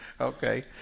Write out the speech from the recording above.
Okay